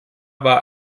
war